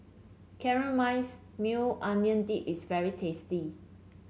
Caramelized Maui Onion Dip is very tasty